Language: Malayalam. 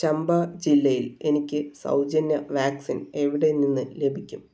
ചമ്പാ ജില്ലയിൽ എനിക്ക് സൗജന്യ വാക്സിൻ എവിടെനിന്ന് ലഭിക്കും